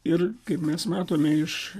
ir kaip mes matome iš